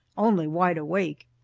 only wide awake.